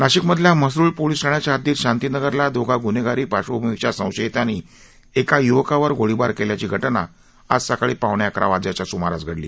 नाशिकमधल्या म्हसरूळ पोलीस ठाण्याच्या हद्दीत शांतीनगरला दोघा गुन्हेगारी पार्श्वभूमीच्या संशयितांनी एका युवकावर गोळीबार केल्याची घटना आज सकाळी पावणे अकरा वाजेच्या सुमारास घडली